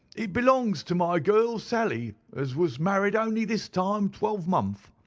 it belongs to my girl sally, as was married only this time twelvemonth,